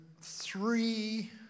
three